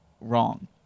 wrong